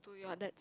to your dad